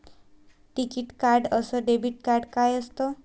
टिकीत कार्ड अस debit card काय असत?